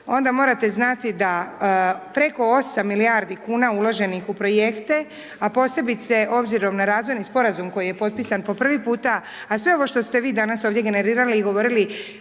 onda morate znati da preko 8 milijardi kuna uloženih u projekte, a posebice, obzirom na razvojni Sporazum koji je potpisan po prvi puta, a sve ovo što ste vi danas ovdje generirali i govorili